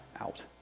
out